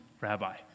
rabbi